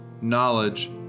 knowledge